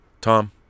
tom